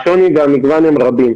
והשוני והמגוון הם רבים.